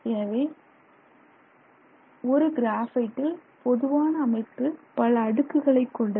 எனவே ஒரு கிராபைட்டில் பொதுவான அமைப்பு பல அடுக்குகளைக் கொண்டது